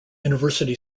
university